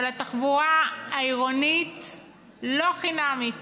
אבל התחבורה העירונית לא חינמית,